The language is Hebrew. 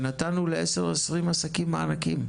ונתנו ל-10-20 עסקים מענקים.